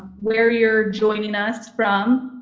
where you're joining us from.